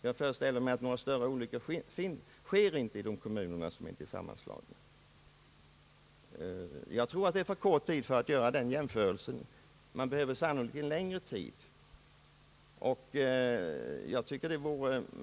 Jag föreställer mig att någon större olycka under tiden inte sker i de kommuner som inte är sammanslagna. Jag tror dock att tiden som gått är för kort att göra denna jämförelsen. Det behövs sannolikt en längre tid.